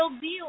deal